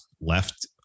left